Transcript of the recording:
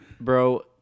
Bro